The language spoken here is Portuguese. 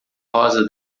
rosa